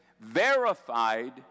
verified